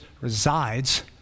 resides